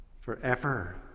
forever